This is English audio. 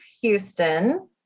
Houston